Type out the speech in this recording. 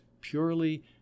purely